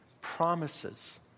promises